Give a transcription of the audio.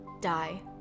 die